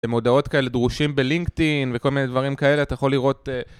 למודעות כאלה, דרושים בלינקדאין, וכל מיני דברים כאלה, אתה יכול לראות...